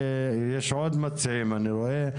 יש עוד מציעים אני רואה,